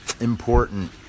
important